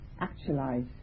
actualize